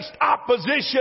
opposition